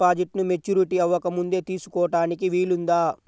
డిపాజిట్ను మెచ్యూరిటీ అవ్వకముందే తీసుకోటానికి వీలుందా?